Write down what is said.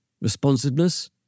Responsiveness